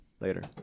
Later